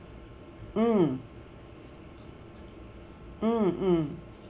mm mm mm